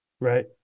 Right